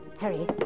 Harry